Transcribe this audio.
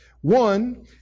One